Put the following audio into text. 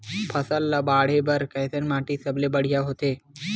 फसल ला बाढ़े बर कैसन माटी सबले बढ़िया होथे?